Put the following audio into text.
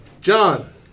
John